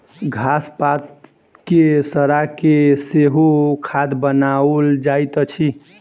घास पात के सड़ा के सेहो खाद बनाओल जाइत अछि